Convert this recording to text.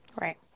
Right